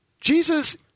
Jesus